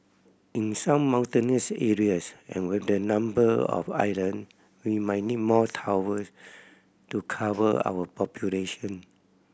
in some mountainous areas and with the number of island we might need more towers to cover our population